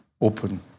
open